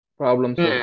problems